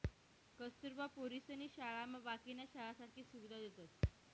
कस्तुरबा पोरीसनी शाळामा बाकीन्या शाळासारखी सुविधा देतस